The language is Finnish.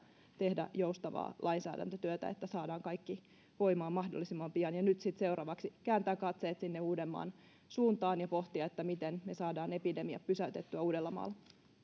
tehdä joustavaa lainsäädäntötyötä niin että saadaan kaikki voimaan mahdollisimman pian ja nyt sitten seuraavaksi kääntää katseet sinne uudenmaan suuntaan ja pohtia miten saadaan epidemia pysäytettyä uudellamaalla